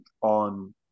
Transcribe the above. on